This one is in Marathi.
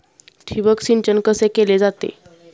ठिबक सिंचन कसे केले जाते?